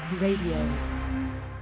radio